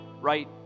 right